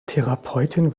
therapeutin